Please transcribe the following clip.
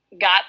got